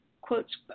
quotes